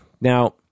Now